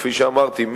כפי שאמרתי,